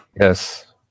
yes